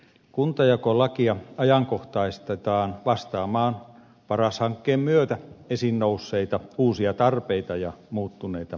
kuntajakolakia ajankohtaistetaan vastaamaan paras hankkeen myötä esiin nousseita uusia tarpeita ja muuttuneita olosuhteita